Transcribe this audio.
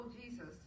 Jesus